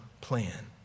plan